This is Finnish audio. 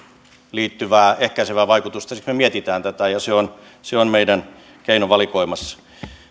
liittyvää ehkäisevää vaikutusta siksi me mietimme tätä ja se on meidän keinovalikoimassamme